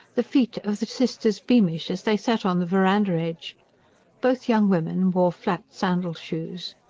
the feet of the sisters beamish as they sat on the verandah edge both young women wore flat sandal-shoes.